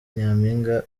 nyampinga